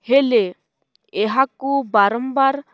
ହେଲେ ଏହାକୁ ବାରମ୍ବାର